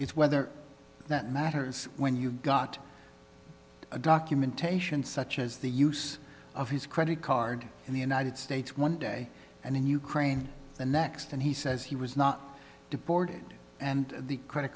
is whether that matters when you got a documentation such as the use of his credit card in the united states one day and in ukraine the next and he says he was not deported and the credit